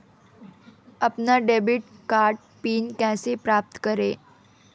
अपना debit card pin कैसे प्राप्त करें?